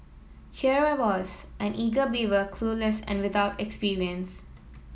here I was an eager beaver clueless and without experience